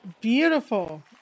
Beautiful